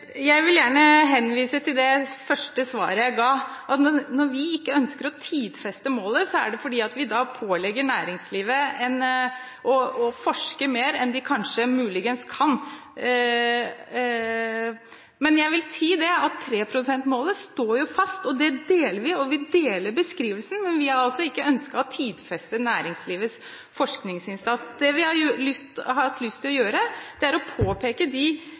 Jeg vil henvise til det første svaret jeg ga, at når vi ikke ønsker å tidfeste målet, er det fordi vi da pålegger næringslivet å forske mer enn de kanskje muligens kan. Men jeg vil si at 3 pst.-målet står fast. Det deler vi, og vi deler beskrivelsen, men vi har altså ikke ønsket å tidfeste næringslivets forskningsinnsats. Det vi har hatt lyst til å gjøre, er å påpeke de